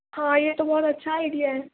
ہاں یہ تو بہت اچھا آئیڈیا ہے